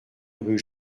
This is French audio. rue